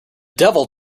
devil